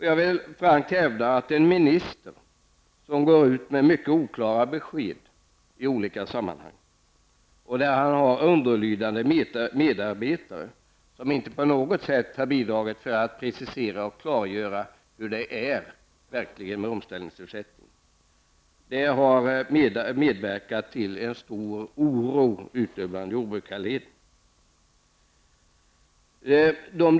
Jag vill frankt hävda att en minister som går ut med mycket oklara besked i olika sammanhang och som har underlydande medarbetare som inte på något sätt har bidragit till att precisera och klargöra hur det är med omställningsersättningen, har medverkat till en stor oro i jordbrukarleden.